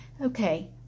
Okay